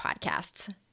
podcasts